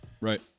Right